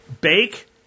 Bake